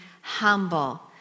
humble